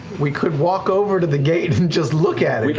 we could walk over to the gate and just look at